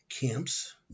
camps